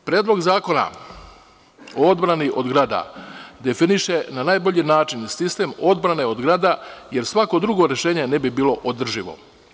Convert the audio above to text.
Predlog zakona o odbrani od grada definiše na najbolji način sistem odbrane od grada, jer svako drugo rešenje ne bi bilo održivo.